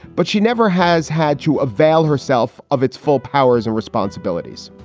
but she never has had to avail herself of its full powers and responsibilities.